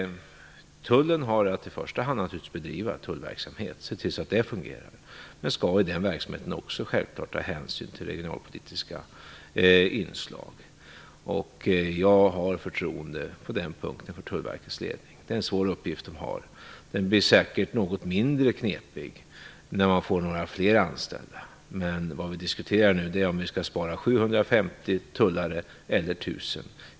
Tullen har att i första hand bedriva tullverksamhet och se till att den fungerar. Men tullen skall i den verksamheten självklart också ta hänsyn till regionalpolitiska inslag. Jag har på den punkten förtroende för Tullverkets ledning. Det är en svår uppgift tullen har. Den blir säkert något mindre knepig när man får några fler anställda. Vad vi nu diskuterar är om vi skall spara 750 tulltjänster eller 1 000.